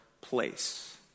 place